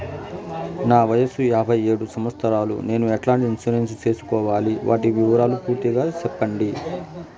నా వయస్సు యాభై ఏడు సంవత్సరాలు నేను ఎట్లాంటి ఇన్సూరెన్సు సేసుకోవాలి? వాటి వివరాలు పూర్తి గా సెప్పండి?